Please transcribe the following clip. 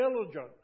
diligent